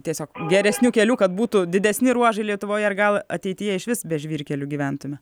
tiesiog geresnių kelių kad būtų didesni ruožai lietuvoje ir gal ateityje išvis be žvyrkelių gyventume